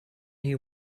you